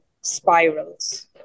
spirals